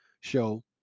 show